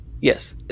Yes